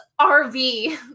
RV